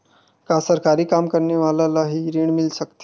का सरकारी काम करने वाले ल हि ऋण मिल सकथे?